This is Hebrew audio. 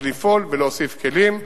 אז לפעול ולהוסיף כלים.